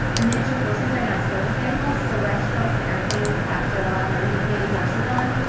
miniature horses are now service animals, so restaurants and airplanes have to allow mini mini horses on.